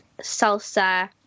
salsa